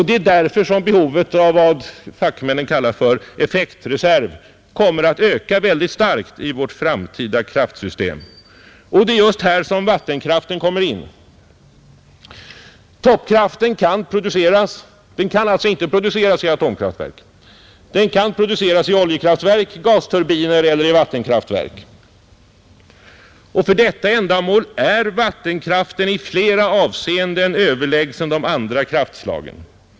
Det är därför som behovet av vad fackmännen kallar för effektreserv kommer att öka synnerligen starkt i vårt framtida kraftsystem. Det är just här som vattenkraften kommer in. Toppkraften kan alltså inte produceras i atomkraftverk. Den kan produceras i oljekraftverk, gasturbiner eller i vattenkraftverk. För detta ändamål är vattenkraften i flera avseenden överlägsen de andra kraftslagen.